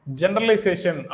generalization